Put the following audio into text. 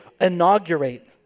inaugurate